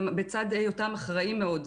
בצד היותם אחראים מאוד.